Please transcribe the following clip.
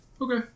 Okay